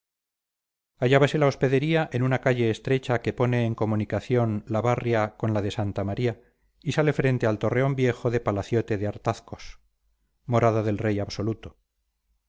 funciones hallábase la hospedería en una calle estrecha que pone en comunicación la barria con la de santa maría y sale frente al torreón viejo del palaciote de artazcos morada del rey absoluto